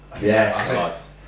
Yes